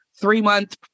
three-month